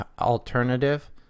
alternative